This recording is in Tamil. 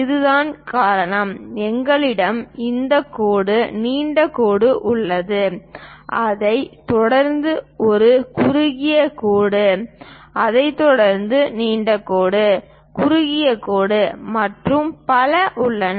அதுதான் காரணம் எங்களிடம் இந்த கோடு நீண்ட கோடு உள்ளது அதைத் தொடர்ந்து ஒரு குறுகிய கோடு அதைத் தொடர்ந்து நீண்ட கோடு குறுகிய கோடு மற்றும் பல உள்ளன